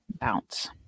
bounce